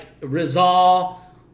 Rizal